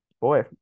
boy